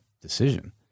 decision